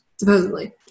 Supposedly